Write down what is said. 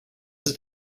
ist